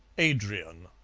adrian